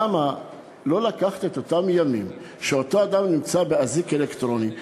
למה לא לקחת את אותם ימים שאותו אדם נמצא באזיק אלקטרוני,